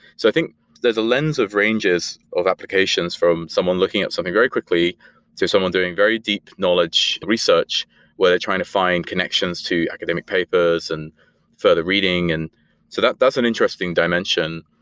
so think there's a lens of ranges of applications from someone looking at something very quickly to someone doing very deep knowledge research where they're trying to find connections to academic papers and further reading. and so that's that's an interesting dimension.